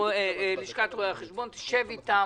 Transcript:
לשכת רואי החשבון, שב אתם,